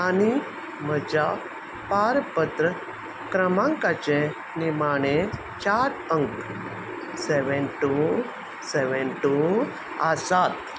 आनी म्हज्या पारपत्र क्रमांकाचे निमाणे चार अंक सेवेन टू सेवेन टू आसात